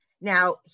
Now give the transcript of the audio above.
Now